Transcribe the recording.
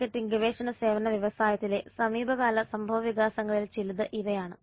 marketing ഗവേഷണ സേവന വ്യവസായത്തിലെ സമീപകാല സംഭവവികാസങ്ങളിൽ ചിലത് ഇവയാണ്